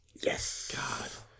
Yes